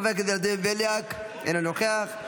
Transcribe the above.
חבר הכנסת ולדימיר בליאק, אינו נוכח.